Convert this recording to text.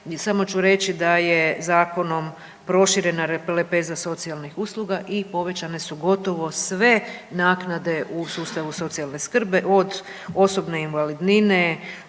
samo ću reći da je zakonom proširena lepeza socijalnih usluga i povećane su gotovo sve naknade u sustavu socijalne skrbi od osobne invalidnine,